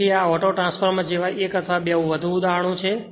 તેથી આ ઓટોટ્રાન્સફોર્મરજેવા 1 અથવા 2 વધુ ઉદાહરણો છે